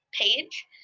page